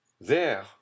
There